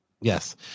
Yes